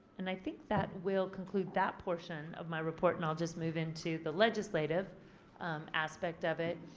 and i think that will conclude that portion of my report and i'll just move into the legislative aspect of it.